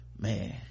man